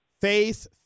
Faith